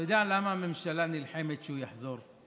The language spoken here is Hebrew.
אתה יודע למה הממשלה נלחמת שהוא יחזור?